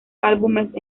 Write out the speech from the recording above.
álbumes